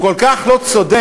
הוא כל כך לא צודק,